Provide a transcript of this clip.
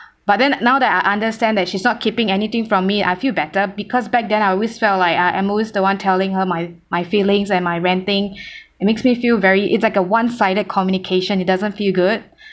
but then now that I understand that she's not keeping anything from me I feel better because back then I always felt like uh I'm always the one telling her my my feelings and my ranting it makes me feel very it's like a one sided communication it doesn't feel good